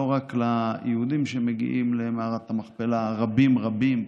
לא רק ליהודים שמגיעים למערת המכפלה, רבים רבים,